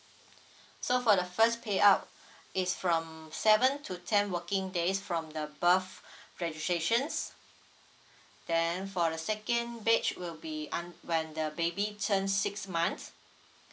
so for the first payout it's from seven to ten working days from the birth registrations then for the second batch will be un~ when the baby turns six months